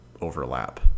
overlap